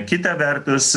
kita vertus